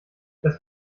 das